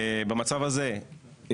במצב הזה,